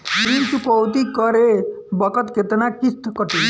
ऋण चुकौती करे बखत केतना किस्त कटी?